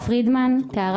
עקיבא ויינר, בבקשה.